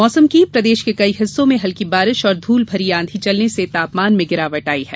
मौसम प्रदेश के कई हिस्सों में हल्की बारिश और धूल भरी आंधी चलने से तापमान में गिरावट आई है